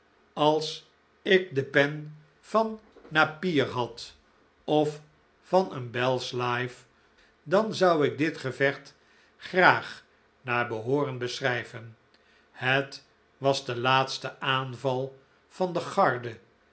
als ik de pen van napier had of van een bell's life dan zou ik dit gevecht graag naar behooren beschrijven het was de laatste aanval van de garde